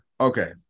Okay